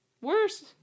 Worse